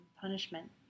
punishment